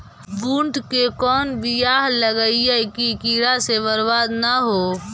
बुंट के कौन बियाह लगइयै कि कीड़ा से बरबाद न हो?